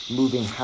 moving